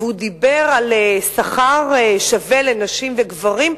והוא דיבר על שכר שווה לנשים ולגברים.